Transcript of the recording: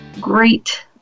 Great